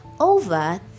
over